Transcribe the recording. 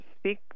speak